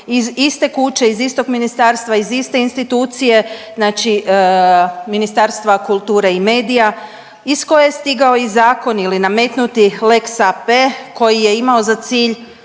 iz iste kuće, iz istog ministarstva, iz iste institucije. Znači Ministarstva kulture i medija iz koje je stigao i zakon ili nametnuti lex AP koji je imao za cilj